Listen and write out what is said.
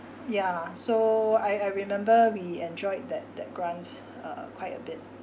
ya so I I remember we enjoyed that that grant uh quite a bit